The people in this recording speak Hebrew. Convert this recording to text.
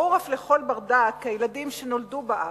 ברור לכל בר-דעת גם כי הילדים, שנולדו בארץ,